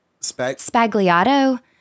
Spagliato